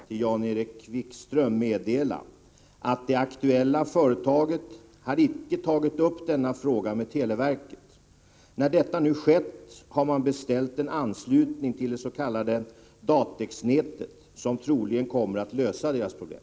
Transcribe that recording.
Herr talman! Jag vill som ytterligare information till Jan-Erik Wikström meddela att det aktuella företaget inte tagit upp denna fråga med televerket tidigare. När detta nu har skett har man beställt en anslutning till det s.k. datex-nätet, vilket troligen kommer att lösa företagets problem.